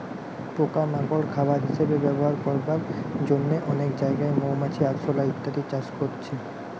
পোকা মাকড় খাবার হিসাবে ব্যবহার করবার জন্যে অনেক জাগায় মৌমাছি, আরশোলা ইত্যাদি চাষ করছে